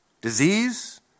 disease